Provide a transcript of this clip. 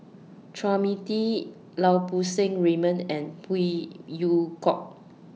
Chua Mia Tee Lau Poo Seng Raymond and Phey Yew Kok